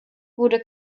wurde